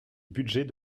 budget